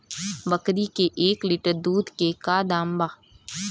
बकरी के एक लीटर दूध के का दाम बा?